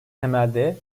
temelde